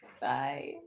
Bye